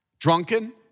Drunken